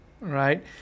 right